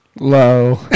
Low